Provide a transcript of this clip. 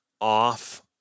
off